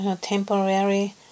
temporary